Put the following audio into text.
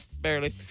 barely